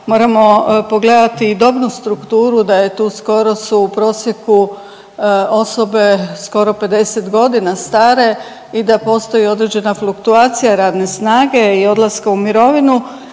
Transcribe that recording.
moramo pogledati i dobnu strukturu da je tu skoro su u prosjeku osobe skoro 50 godina stare i da postoji određena fluktuacija radne snage i odlaska u mirovinu.